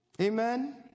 Amen